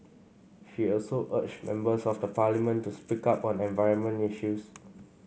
she also urged members of the Parliament to speak up on environment issues